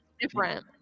different